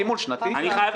יש פה